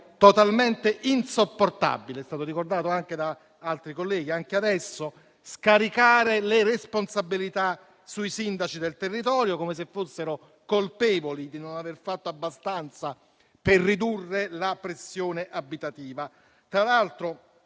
totalmente insopportabile, come è stato ricordato anche da altri colleghi, scaricare le responsabilità sui sindaci del territorio, come se fossero colpevoli di non aver fatto abbastanza per ridurre la pressione abitativa. Tra l'altro,